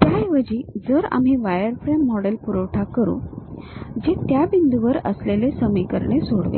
त्याऐवजी जर आम्ही वायरफ्रेम मॉडेल पुरवठा करू जे त्या बिंदूंवर असलेले समीकरणे सोडवेल